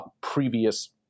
previous